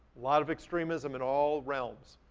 lot of extremism in all realms.